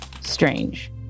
strange